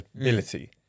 ability